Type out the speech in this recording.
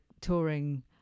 touring